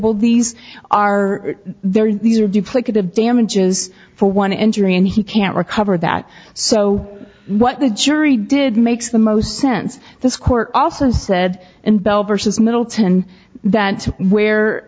well these are there are these are duplicative damages for one injury and he can't recover that so what the jury did makes the most sense this court also said in bell versus middleton that where